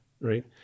right